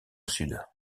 sud